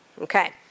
Okay